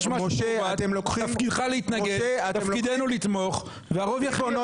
תפקידך להתנגד, תפקידנו לתמוך והרוב יכריע.